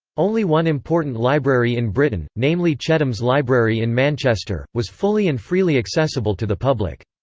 only one important library in britain, namely chetham's library in manchester, was fully and freely accessible to the public.